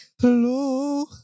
Hello